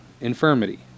infirmity